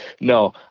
No